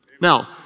Now